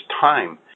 time